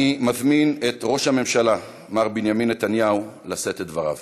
אני מזמין את ראש המשלה מר בנימין נתניהו לשאת את דבריו.